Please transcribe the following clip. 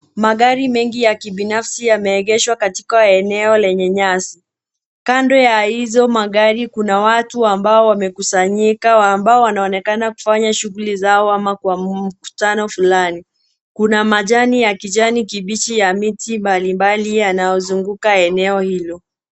Magari mengi ya kibinfasi yameegeshwa katika eneo lenye nyasi. Kando ya hizo magari, kuna watu ambao wamekusanyika, ambao wanaonekana kufanya shuguli zao ama kwa mkutano fulani. Kuna majani ya kijani kibichi ya miti mbalimbali yanayozunguka eneo hilo.